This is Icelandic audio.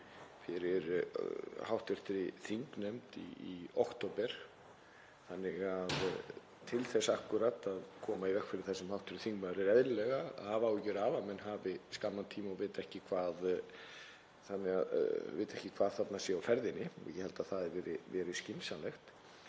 fyrir hv. þingnefnd í október þannig að til þess akkúrat að koma í veg fyrir það sem hv. þingmaður er eðlilega hafa áhyggjur af, að menn hafi skamman tíma og vita ekki hvað þarna sé á ferðinni, þá held ég að það hafi verið skynsamlegt.